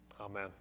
Amen